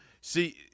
see